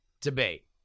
debate